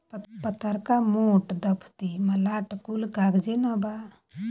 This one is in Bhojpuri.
पतर्का, मोट, दफ्ती, मलाट कुल कागजे नअ बाअ